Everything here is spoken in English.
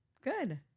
good